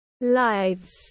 lives